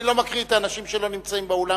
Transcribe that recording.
אני לא מקריא את שמות האנשים שלא נמצאים באולם.